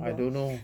I don't know